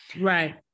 Right